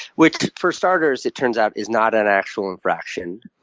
which, for starters, it turns out is not an actual infraction.